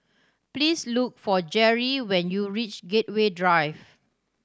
please look for Jerri when you reach Gateway Drive